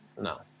no